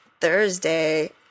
Thursday